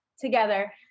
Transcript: together